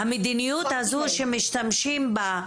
המדיניות הזו שמשתמשים בה,